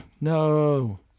No